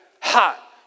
hot